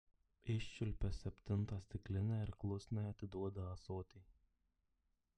iščiulpia septintą stiklinę ir klusniai atiduoda ąsotį